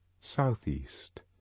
southeast